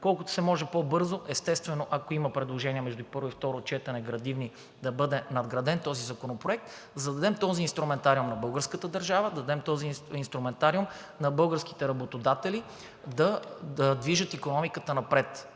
колкото се може по-бързо. Естествено, ако има градивни предложения между първо и второ четене, да бъде надграден този законопроект и да дадем този инструментариум на българската държава, да дадем този инструментариум на българските работодатели, за да движат икономиката напред.